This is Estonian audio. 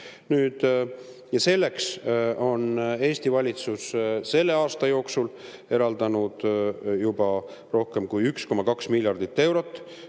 vastupanu. Eesti valitsus on selle aasta jooksul eraldanud juba rohkem kui 1,2 miljardit eurot